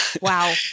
Wow